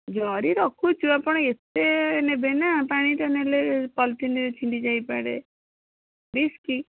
ଜରି ରଖୁଛୁ ଆପଣ ଏତେ ନେବେନା ପାଣିଟା ନେଲେ ପଲିଥିନ୍ରେ ଛିଣ୍ଡି ଯାଇପାରେ ରିସ୍କି